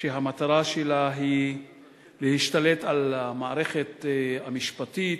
שהמטרה שלה היא להשתלט על המערכת המשפטית,